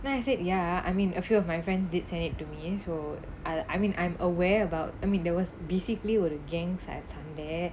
then I said ya I mean a few of my friends did send it to me so I I mean I'm aware about I mean there was basically were gangs at சண்டை:sandai